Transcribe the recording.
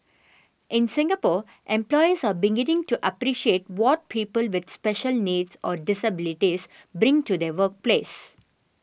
in Singapore employers are beginning to appreciate what people with special needs or disabilities bring to the workplace